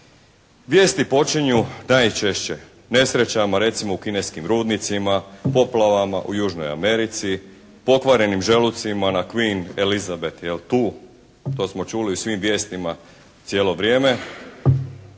Vijesti počinju najčešće nesrećama recimo u kineskim rudnicima, poplavama u Južnoj Americi, pokvarenim želucima na Queen Elisabeth … /Govornik se ne razumije./ … tu, to smo čuli na svim vijestima cijelo vrijeme.